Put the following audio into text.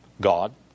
God